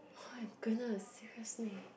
oh my goodness seriously